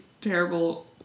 terrible